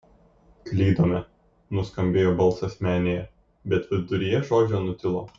klydome nuskambėjo balsas menėje bet viduryje žodžio nutilo